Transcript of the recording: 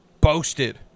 boasted